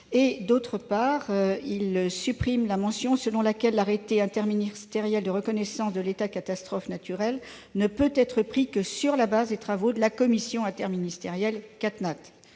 il vise à supprimer la mention selon laquelle l'arrêté interministériel de reconnaissance de l'état de catastrophe naturelle ne peut être pris que sur la base des travaux de la commission interministérielle CatNat.